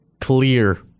clear